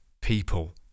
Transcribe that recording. people